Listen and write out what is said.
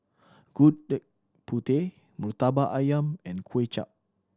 Gudeg Putih Murtabak Ayam and Kuay Chap